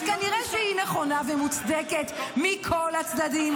אז כנראה שהיא נכונה ומוצדקת מכל הצדדים